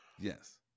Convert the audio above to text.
Yes